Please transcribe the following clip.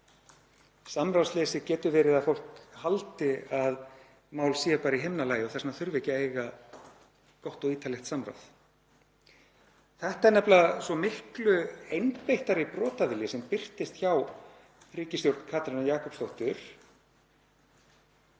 Samráðsleysi getur verið að fólk haldi að mál séu bara í himnalagi og þess vegna þurfi ekki að eiga gott og ítarlegt samráð. Þetta er nefnilega svo miklu einbeittari brotavilji sem birtist hjá ríkisstjórn Katrínar Jakobsdóttur.